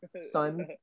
son